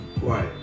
Right